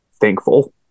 thankful